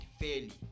fairly